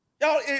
Y'all